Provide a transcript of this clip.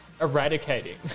Eradicating